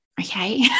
Okay